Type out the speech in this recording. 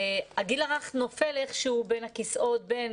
הגיל הרך נופל איכשהו בין הכיסאות בין